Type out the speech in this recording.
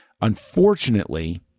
Unfortunately